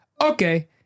okay